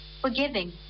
forgiving